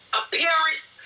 appearance